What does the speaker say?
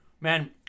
man